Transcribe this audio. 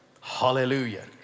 Hallelujah